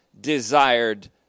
desired